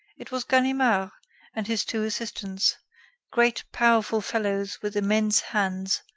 it was ganimard and his two assistants great, powerful fellows with immense hands,